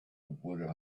would